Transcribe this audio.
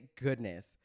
goodness